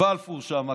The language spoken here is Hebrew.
בבלפור שם,